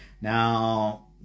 Now